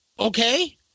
Okay